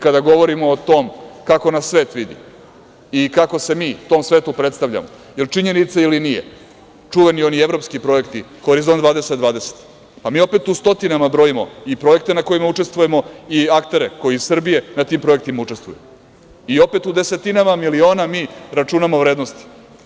Kada govorimo o tome kako nas svet vidi i kako se mi tom svetu predstavljamo, jel činjenica ili nije, čuveni oni evropski projekti, Horizont 2020, pa mi opet u stotinama brojimo i projekte na kojima učestvujemo i aktere koji iz Srbije na tim projektima učestvuju i opet u desetinama miliona mi računamo vrednosti.